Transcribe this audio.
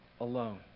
alone